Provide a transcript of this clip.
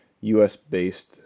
US-based